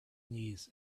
knees